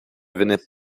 venaient